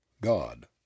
God